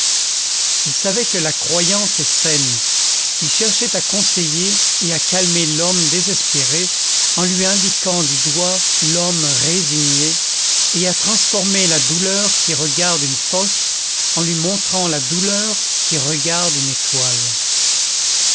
il savait que la croyance est saine il cherchait à conseiller et à calmer l'homme désespéré en lui indiquant du doigt l'homme résigné et à transformer la douleur qui regarde une fosse en lui montrant la douleur qui regarde une étoile